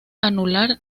anular